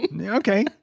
Okay